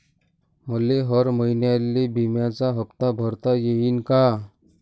मले हर महिन्याले बिम्याचा हप्ता भरता येईन का?